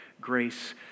grace